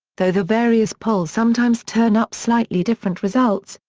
though the various polls sometimes turn up slightly different results,